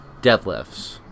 deadlifts